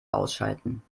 ausschalten